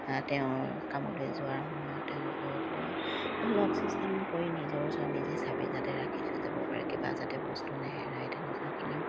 তেওঁৰ কামলৈ যোৱাৰ সময়ত তেওঁলোকক লক ছিষ্টেম কৰি নিজৰ ওচৰত নিজে চাবি যাতে ৰাখি থৈ যাব পাৰে কিবা যাতে বস্তু নেহেৰাই তেনেকুৱা খিনিও